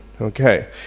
Okay